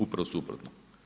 Upravo suprotno.